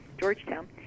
Georgetown